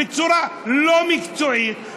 בצורה לא מקצועית.